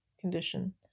condition